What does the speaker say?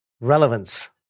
Relevance